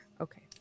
Okay